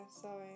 sorry